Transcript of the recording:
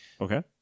Okay